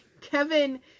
Kevin